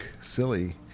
silly